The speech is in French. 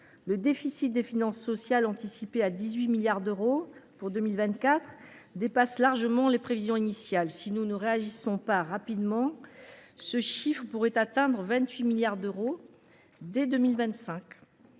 Le déficit des finances sociales, anticipé à 18 milliards d’euros pour 2024, dépasse largement les prévisions initiales. Si nous ne réagissons pas rapidement, ce montant pourrait atteindre 28 milliards d’euros dès 2025.